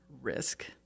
risk